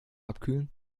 abkühlen